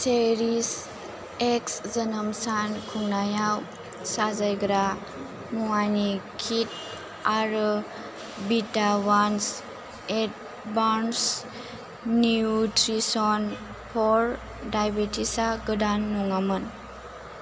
चेरिश X जोनोम सान खुंनायाव साजायग्रा मुवानि किट आरो बिदावान्स एडभान्स निउत्रिसन फर दायबेटिसा गोदान नङामोन